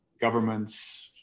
governments